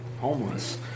homeless